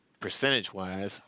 percentage-wise